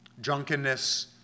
drunkenness